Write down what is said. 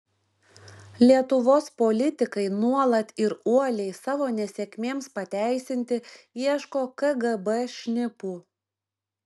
lietuvos politikai nuolat ir uoliai savo nesėkmėms pateisinti ieško kgb šnipų